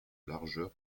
largeur